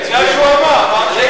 חנין לסעיף 5